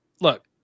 look